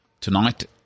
tonight